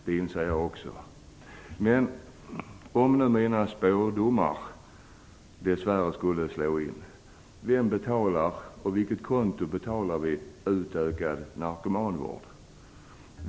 Det inser jag också. Men om nu mina spådomar dess värre skulle slå in, vem betalar och över vilket konto betalas utökad narkomanvård?